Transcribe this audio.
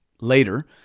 Later